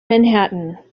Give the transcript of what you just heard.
manhattan